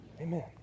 Amen